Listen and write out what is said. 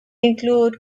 include